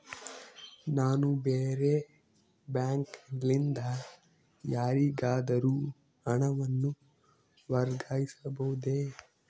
ನಾನು ಬೇರೆ ಬ್ಯಾಂಕ್ ಲಿಂದ ಯಾರಿಗಾದರೂ ಹಣವನ್ನು ವರ್ಗಾಯಿಸಬಹುದೇ?